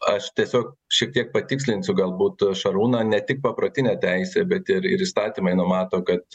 aš tiesiog šiek tiek patikslinsiu galbūt šarūną ne tik paprotinė teisė bet ir įstatymai numato kad